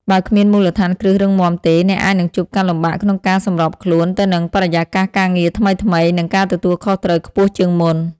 បើគ្មានមូលដ្ឋានគ្រឹះរឹងមាំទេ អ្នកអាចនឹងជួបការលំបាកក្នុងការសម្របខ្លួនទៅនឹងបរិយាកាសការងារថ្មីៗ និងការទទួលខុសត្រូវខ្ពស់ជាងមុន។